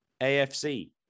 AFC